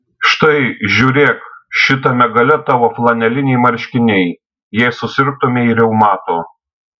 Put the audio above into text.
štai žiūrėk šitame gale tavo flaneliniai marškiniai jei susirgtumei reumatu